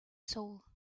soul